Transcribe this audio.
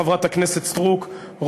חברת הכנסת סטרוק,